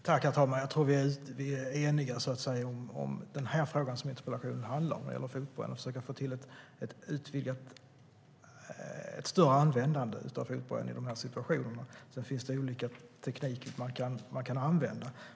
Herr talman! Jag tror att vi är eniga om det som interpellationen handlar om när det gäller fotboja och att försöka få till ett större användande av fotboja i de här situationerna. Sedan finns det olika tekniker som man kan använda.